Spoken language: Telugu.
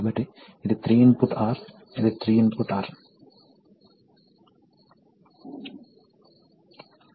కాబట్టి ఇది V2 V1 మరియు V1 V2 K K 1 సరే